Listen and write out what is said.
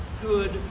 good